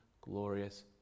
glorious